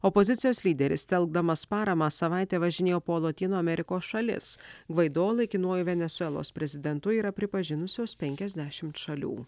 opozicijos lyderis telkdamas paramą savaitę važinėjo po lotynų amerikos šalis gvaido laikinuoju venesuelos prezidentu yra pripažinusios penkiasdešimt šalių